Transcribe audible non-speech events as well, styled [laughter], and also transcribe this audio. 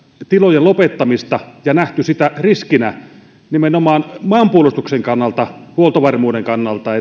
tilojen lopettamista ja nähty sitä riskinä nimenomaan maanpuolustuksen kannalta huoltovarmuuden kannalta [unintelligible]